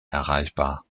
erreichbar